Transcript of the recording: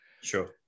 sure